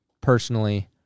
personally